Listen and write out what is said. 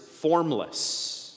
formless